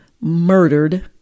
murdered